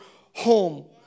home